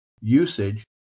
usage